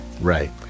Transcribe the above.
Right